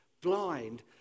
blind